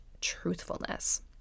truthfulness